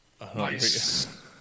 Nice